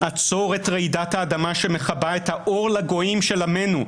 עצור את רעידת האדמה שמכבה את האור לגויים של עמנו.